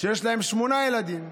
שיש להם שמונה ילדים,